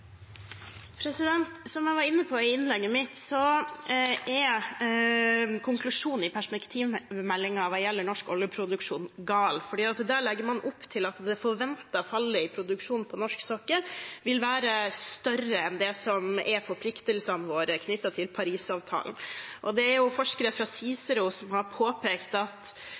konklusjonen i perspektivmeldingen hva gjelder norsk oljeproduksjon, gal, for der legger man opp til at det forventede fallet i produksjon på norsk sokkel vil være større enn forpliktelsene våre knyttet til Parisavtalen. Det er forskere fra Cicero som har påpekt at